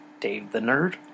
DaveTheNerd